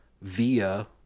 via